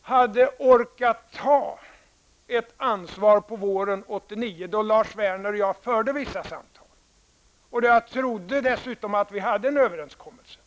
hade orkat ta ett ansvar på våren 1989 då Lars Werner och jag förde vissa samtal. Och jag trodde dessutom att vi hade en överenskommelse.